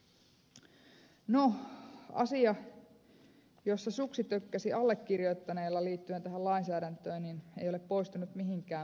no asia jossa suksi tökkäsi allekirjoittaneella liittyen tähän lainsäädäntöön ei ole poistunut mihinkään